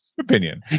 opinion